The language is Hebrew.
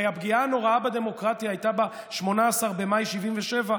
הרי הפגיעה הנוראה בדמוקרטיה הייתה ב-18 במאי 1977,